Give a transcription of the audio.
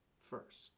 first